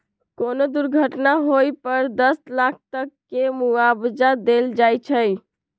कोनो दुर्घटना होए पर दस लाख तक के मुआवजा देल जाई छई